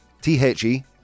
T-H-E